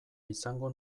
izango